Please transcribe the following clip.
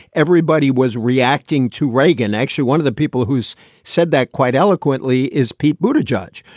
everybody was reacting to reagan. actually, one of the people who's said that quite eloquently is pete bhuta judge.